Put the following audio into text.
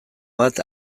bat